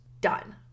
done